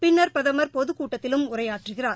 பின்னர் பிரதமர் பொதுக் கூட்டத்திலும் உரையாற்றுகிறார்